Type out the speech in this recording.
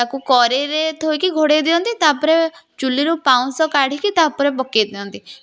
ତାକୁ କରେଇରେ ଥୋଇକି ଘୋଡ଼େଇ ଦିଅନ୍ତି ତାପରେ ଚୂଲିରୁ ପାଉଁସ କାଢ଼ିକି ତା ଉପରେ ପକେଇଦିଅନ୍ତି